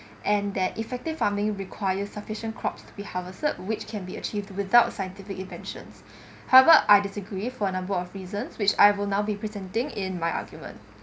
and that effective farming requires sufficient crops to be harvested which can be achieved without scientific inventions however I disagree for a number of reasons which I will now be presenting in my argument